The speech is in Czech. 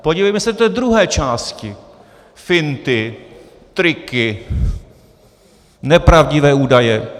Podívejme se do té druhé části: finty, triky, nepravdivé údaje.